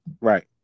right